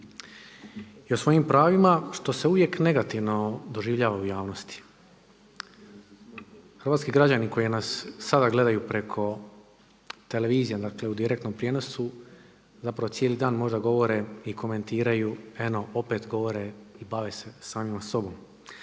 i o svojim pravima što se uvijek negativno doživljava u javnosti. Hrvatski građani koji nas sada gledaju preko televizije u direktnom prijenosu, zapravo cijeli dan možda govore i komentiraju eno opet govore i bave se samima sobom.